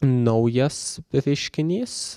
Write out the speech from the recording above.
naujas reiškinys